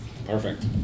Perfect